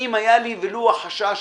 אם היה לי ולו החשש